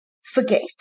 forget